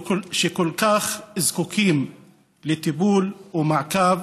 שכל כך זקוקים לטיפול ומעקב